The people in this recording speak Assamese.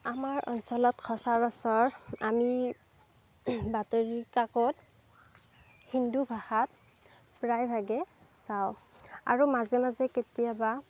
আমাৰ অঞ্চলত সচৰাচৰ আমি বাতৰি কাকত হিন্দু ভাষাত প্ৰায়ভাগে চাওঁ আৰু মাজে মাজে কেতিয়াবা